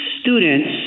students